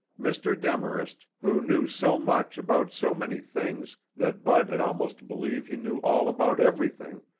mr. demarest, who knew so much about so many things that bud had almost believed he knew all about everything,